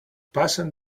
passing